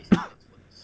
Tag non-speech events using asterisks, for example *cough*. *coughs*